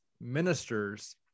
ministers